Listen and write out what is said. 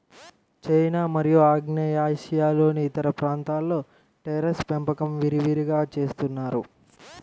China మరియు ఆగ్నేయాసియాలోని ఇతర ప్రాంతాలలో టెర్రేస్ పెంపకం విరివిగా చేస్తున్నారు